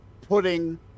putting